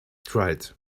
tried